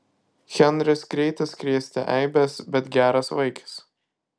henris greitas krėsti eibes bet geras vaikis